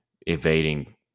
evading